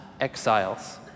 exiles